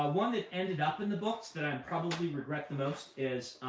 um one that ended up in the books that i probably regret the most is